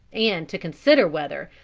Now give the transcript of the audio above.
and to consider whether,